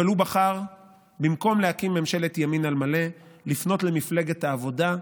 אבל במקום להקים ממשלת ימין על מלא הוא בחר לפנות למפלגת העבודה,